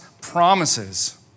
promises